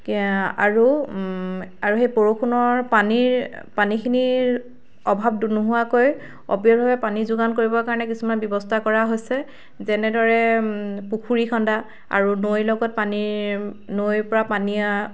আৰু আৰু সেই বৰষুণৰ পানীৰ পানীখিনিৰ অভাৱ নোহোৱাকৈ অবিৰভাৱে পানী যোগান কৰিবৰ কাৰণে কিছুমান ব্যৱস্থা কৰা হৈছে যেনেদৰে পুখুৰী খন্দা আৰু নৈৰ লগত পানীৰ নৈৰ পৰা পানী